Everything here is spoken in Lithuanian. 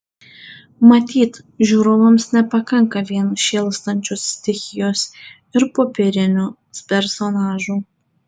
matyt žiūrovams nepakanka vien šėlstančios stichijos ir popierinių personažų